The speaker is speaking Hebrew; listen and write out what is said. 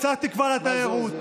קצת תקווה לתיירות,